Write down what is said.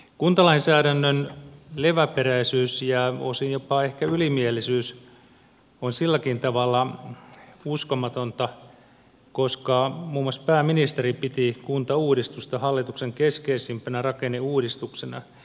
kuntalainsäädännön leväperäisyys ja osin jo pa ehkä ylimielisyys on silläkin tavalla uskomatonta että muun muassa pääministeri piti kuntauudistusta hallituksen keskeisimpänä rakenneuudistuksena